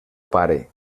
pare